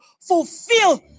fulfill